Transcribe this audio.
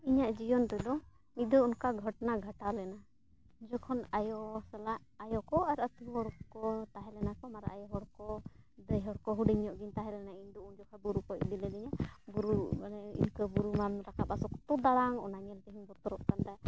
ᱤᱧᱟᱹᱜ ᱡᱤᱭᱚᱱ ᱨᱮᱫᱚ ᱧᱤᱫᱟᱹ ᱚᱱᱠᱟ ᱜᱷᱚᱴᱚᱱᱟ ᱜᱷᱚᱴᱟᱣ ᱞᱮᱱᱟ ᱡᱚᱠᱷᱚᱱ ᱟᱭᱳ ᱥᱟᱞᱟᱜ ᱟᱭᱳ ᱠᱚ ᱟᱨ ᱟᱛᱳ ᱦᱚᱲ ᱠᱚ ᱛᱟᱦᱮᱸ ᱞᱮᱱᱟ ᱠᱚ ᱢᱟᱨᱟᱝ ᱟᱭᱳ ᱦᱚᱲ ᱠᱚ ᱫᱟᱹᱭ ᱦᱚᱲ ᱠᱚ ᱦᱩᱰᱤᱧ ᱧᱚᱜ ᱜᱮᱧ ᱛᱟᱦᱮᱸ ᱞᱮᱱᱟ ᱤᱧᱫᱚ ᱩᱱ ᱡᱚᱠᱷᱚᱡ ᱵᱩᱨᱩ ᱠᱚ ᱤᱫᱤ ᱞᱤᱫᱤᱧᱟ ᱵᱩᱨᱩ ᱢᱟᱱᱮ ᱤᱨᱠᱟᱹ ᱵᱩᱨᱩᱢᱟᱱ ᱨᱟᱠᱟᱵᱟᱥ ᱫᱟᱬᱟᱝ ᱚᱱᱟ ᱧᱮᱞ ᱛᱮᱦᱚᱸᱧ ᱵᱚᱛᱚᱨᱚᱜ ᱠᱟᱱ ᱛᱟᱭᱟ